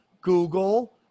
Google